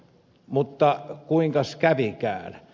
mutta kuinkas kävikään